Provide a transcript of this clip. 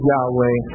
Yahweh